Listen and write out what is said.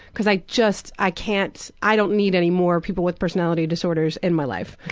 cause i just i can't i don't need any more people with personality disorders in my life.